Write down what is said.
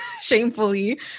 shamefully